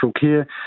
care